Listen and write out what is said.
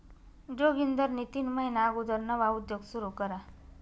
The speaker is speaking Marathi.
जोगिंदरनी तीन महिना अगुदर नवा उद्योग सुरू करा